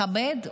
מכבד ומכובד,